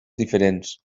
diferents